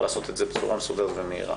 לעשות את זה בצורה מסודרת ומהירה,